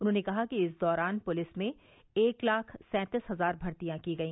उन्होंने कहा कि इस दौरान पुलिस में एक लाख सैंतीस हजार भर्तियां की गई